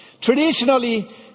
Traditionally